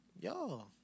Yo